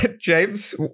James